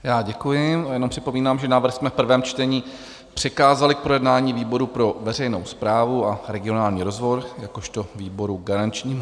Já děkuji, jenom připomínám, že návrh jsme v prvém čtení přikázali k projednání výboru pro veřejnou správu a regionální rozvoj jakožto výboru garančnímu.